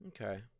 Okay